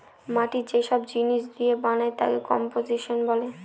মাটি যে সব জিনিস দিয়ে বানায় তাকে কম্পোসিশন বলে